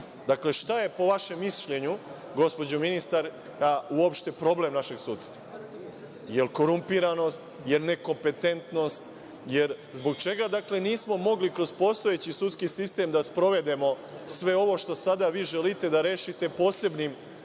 šta je po vašem mišljenju, gospođo ministarka, uopšte problem našeg sudstva? Da li je korumpiranost, da li je nekompetentnost? Zbog čega nismo mogli kroz postojeći sudski sistem da sprovedemo sve ovo što vi sada želite da rešite posebnim